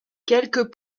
quelques